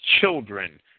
children